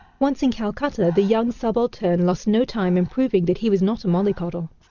once in calcutta, the young subaltern lost no time in proving that he was not a mollycoddle.